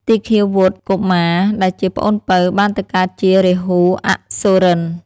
ទីឃាវុត្ត កុមារ ដែលជាប្អូនពៅបានទៅកើតជា រាហូអសុរិន្ទ។